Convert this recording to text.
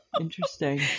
Interesting